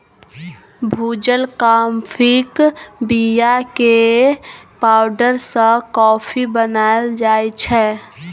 भुजल काँफीक बीया केर पाउडर सँ कॉफी बनाएल जाइ छै